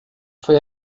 foi